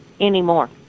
anymore